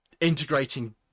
integrating